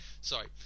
Sorry